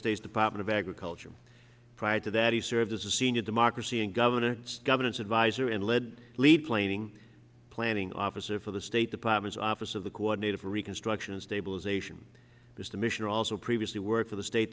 states department of agriculture prior to that he served as a senior democracy and governance governance adviser and lead lead planing planning officer for the state department's office of the coordinator for reconstruction and stabilization just a mission also previously work for the state